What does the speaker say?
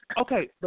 Okay